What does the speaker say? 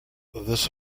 this